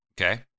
okay